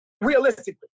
Realistically